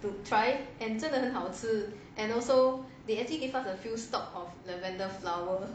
to try and 真的很好吃 and also they actually give us a few stalk of lavender flowers